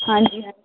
ਹਾਂਜੀ